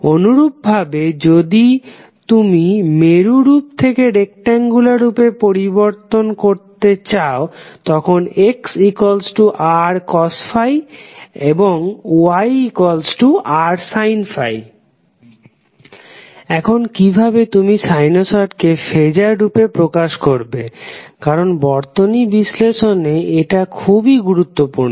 অনুরূপ ভাবে যদি তুমি মেরু রূপ থেকে রেকট্যাংগুলার রূপে পরিবর্তন করো তখন xrcos ∅ yrsin ∅ এখন কিভাবে তুমি সাইনোসডকে ফেজার রূপে প্রকাশ করবে কারণ বর্তনী বিশ্লেষণে এটা খুবই গুরুত্বপূর্ণ